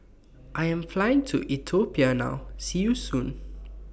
I Am Flying to Ethiopia now See YOU Soon